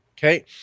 Okay